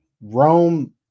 Rome